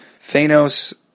Thanos